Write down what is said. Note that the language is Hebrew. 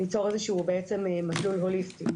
ליצור בעצם איזשהו מסלול הוליסטי.